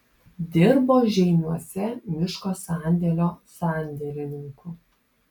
dirbo žeimiuose miško sandėlio sandėlininku